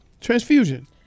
transfusion